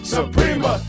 Suprema